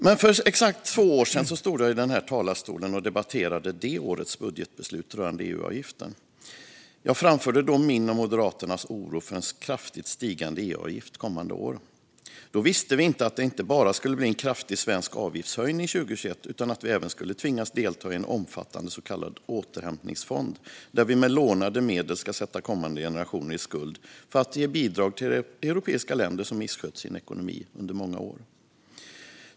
För ganska exakt två år sedan stod jag i denna talarstol och debatterade det årets budgetbeslut rörande EU-avgiften. Jag framförde då min och Moderaternas oro för en kraftigt stigande EU-avgift kommande år. Då visste vi inte att det inte bara skulle bli en kraftig svensk avgiftshöjning 2021, utan att vi även skulle tvingas delta i en omfattande så kallad återhämtningsfond där vi med lånade medel ska sätta kommande generationer i skuld för att ge bidrag till europeiska länder som misskött sin ekonomi under många år.